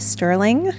Sterling